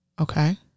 Okay